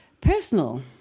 Personal